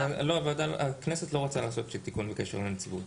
לא, הכנסת לא רוצה לעשות תיקון בקשר לנציבות.